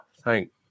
thank